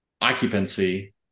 occupancy